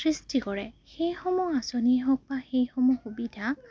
সৃষ্টি কৰে সেইসমূহ আঁচনিয়েই হওক বা সেইসমূহ সুবিধা